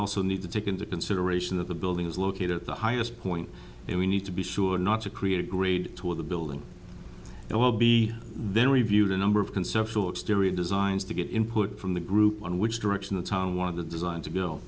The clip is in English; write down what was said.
also need to take into consideration that the building is located at the highest point and we need to be sure not to create a grade two of the building it will be then reviewed a number of conceptual exterior designs to get input from the group on which direction the town wanted the design to bill